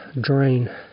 drain